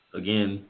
again